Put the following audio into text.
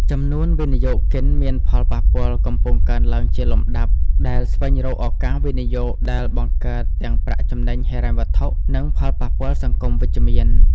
ចំនួនវិនិយោគិនមានផលប៉ះពាល់កំពុងកើនឡើងជាលំដាប់ ដែលស្វែងរកឱកាសវិនិយោគដែលបង្កើតទាំងប្រាក់ចំណេញហិរញ្ញវត្ថុ និងផលប៉ះពាល់សង្គមវិជ្ជមាន ។